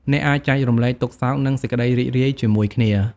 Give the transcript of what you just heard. អ្នកអាច ចែករំលែកទុក្ខសោក និងសេចក្ដីរីករាយ ជាមួយគ្នា។